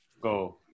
go